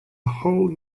whole